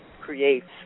creates